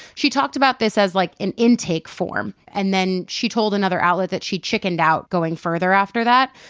she talked about this as, like, an intake form. and then she told another outlet that she chickened out going further after that.